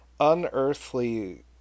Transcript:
Unearthly